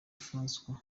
françois